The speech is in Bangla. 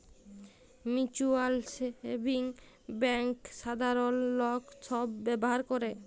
মিউচ্যুয়াল সেভিংস ব্যাংক সাধারল লক ছব ব্যাভার ক্যরে